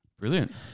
Brilliant